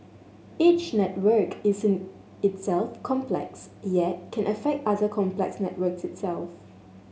each network is in itself complex yet can affect other complex networks itself